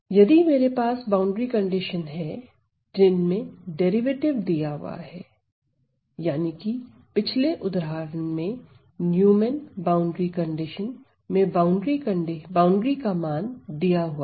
यदि मेरे पास बाउंड्री कंडीशन है जिनमें डेरिवेटिव दिया हुआ है यानी कि पिछले उदाहरण में न्यू मन बाउंड्री कंडीशन में बाउंड्री पर मान दिया हुआ था